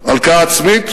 עצמית,